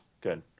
Good